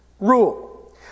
Rule